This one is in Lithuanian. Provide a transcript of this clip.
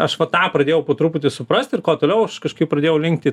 aš va tą pradėjau po truputį suprast ir kuo toliau aš kažkaip pradėjau linkti